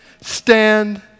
stand